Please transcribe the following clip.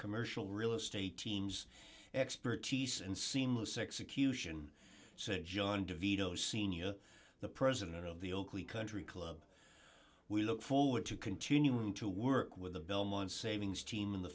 commercial real estate teams expertise and seamless execution said john de vito sr the president of the oakley country club we look forward to continuing to work with the belmont savings team in the